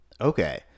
Okay